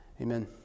Amen